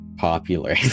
popular